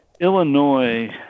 Illinois